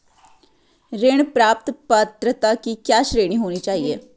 ऋण प्राप्त पात्रता की क्या श्रेणी होनी चाहिए?